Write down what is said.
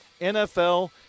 nfl